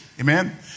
Amen